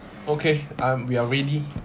okay um we are ready